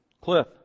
Cliff